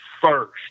first